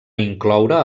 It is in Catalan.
incloure